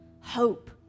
hope